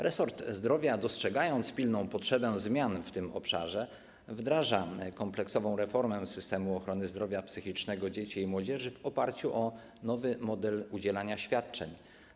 Resort zdrowia, dostrzegając pilną potrzebę zmian w tym obszarze, wdraża kompleksową reformę systemu ochrony zdrowia psychicznego dzieci i młodzieży w oparciu o nowy model udzielania świadczeń.